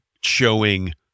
showing